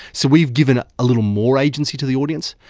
so we've given a little more agency to the audience.